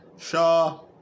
Shaw